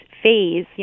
phase